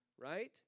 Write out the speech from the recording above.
right